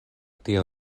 tio